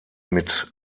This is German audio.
mit